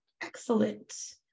excellent